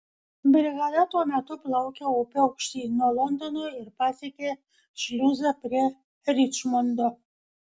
brigada tuo metu plaukė upe aukštyn nuo londono ir pasiekė šliuzą prie ričmondo